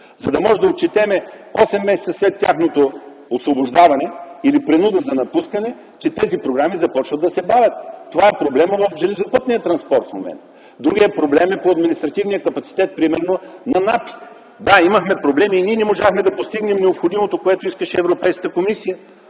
За да можем да отчетем осем месеца след тяхното освобождаване или принуда за напускане, че тези програми започват да се бавят. Това е проблемът в железопътния транспорт в момента. Другият проблем е по административния капацитет на НАПИ. Да, имахме проблеми и ние не можахме да постигнем необходимото, което искаше Европейската комисия.